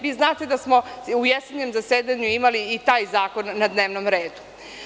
Vi znate da smo u jesenjem zasedanju imali i taj zakon na dnevnom redu.